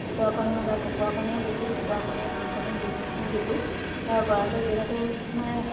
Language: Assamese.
কুকুৰা কণী ওলায় কুকুৰা কণীও বিকোঁ কুকুৰা কণী হাঁহ কণী দুই বিকোঁ তাৰ গঁৰালটো যিহেতু মানে